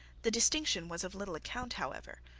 the distinction was of little account however,